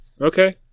Okay